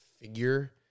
figure